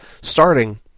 starting